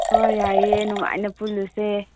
ꯍꯣꯏ ꯌꯥꯏꯑꯦ ꯅꯨꯡꯉꯥꯏꯅ ꯄꯨꯜꯂꯨꯁꯦ